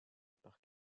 par